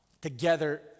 together